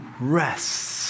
rests